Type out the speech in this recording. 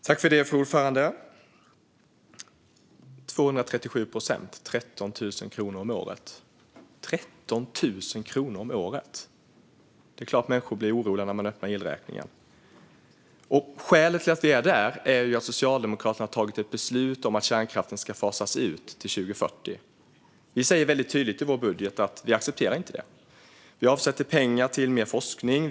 Fru talman! Det är klart att människor blir oroliga när de öppnar elräkningen: 237 procent och 13 000 kronor om året. Skälet till att vi befinner oss där är att Socialdemokraterna har fattat beslut om att kärnkraften ska fasas ut till 2040. Vi säger väldigt tydligt i vår budget att vi inte accepterar det. Vi avsätter pengar till mer forskning.